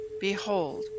Behold